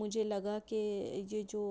مجھے لگا کہ یہ جو